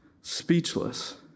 speechless